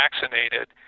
vaccinated